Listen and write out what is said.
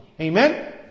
Amen